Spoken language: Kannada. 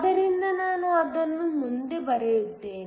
ಆದ್ದರಿಂದ ನಾನು ಅದನ್ನು ಮುಂದೆ ಬರೆಯುತ್ತೇನೆ